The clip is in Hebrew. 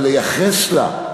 אבל לייחס לה,